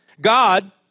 God